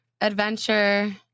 adventure